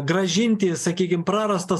grąžinti sakykim prarastą